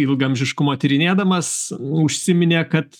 ilgaamžiškumą tyrinėdamas užsiminė kad